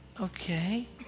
Okay